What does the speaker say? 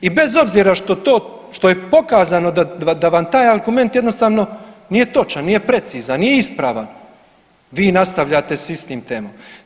I bez obzira što to, što je pokazano da vam taj argument jednostavno nije točan, nije precizan, nije ispravan, vi nastavljate s istim temom.